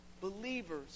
believers